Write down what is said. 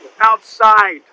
outside